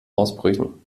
ausbrüchen